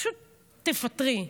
פשוט תפטרי.